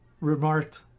remarked